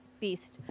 beast